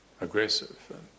aggressive